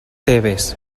tebes